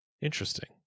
Interesting